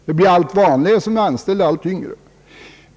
Det blir allt vanligare, eftersom de anställda är allt yngre.